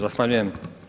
Zahvaljujem.